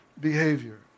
behavior